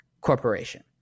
Corporation